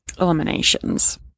eliminations